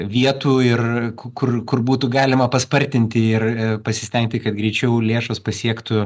vietų ir kur kur būtų galima paspartinti ir i pasistengti kad greičiau lėšos pasiektų